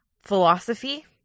philosophy